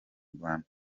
rwanda